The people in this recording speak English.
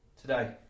Today